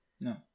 No